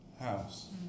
house